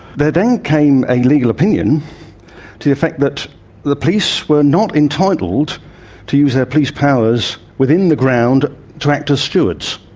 there then came a legal opinion to the effect that the police were not entitled to use their police powers within the ground to act as stewards.